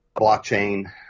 blockchain